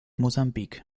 mosambik